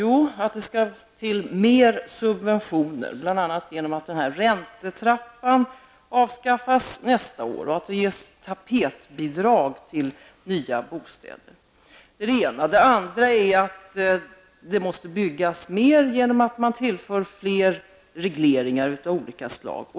Jo, att det skall till mer subventioner, bl.a. genom att räntetrappan avskaffas nästa år, och att det ges tapetbidrag till nya bostäder. Det är det ena. Det andra är att det måste byggas mer genom att man tillför fler regleringar av olika slag.